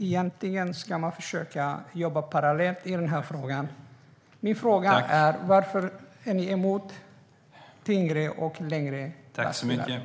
Egentligen ska man försöka jobba parallellt i denna fråga. Varför är ni emot tyngre och längre lastbilar?